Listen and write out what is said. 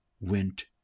went